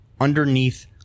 underneath